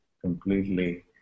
completely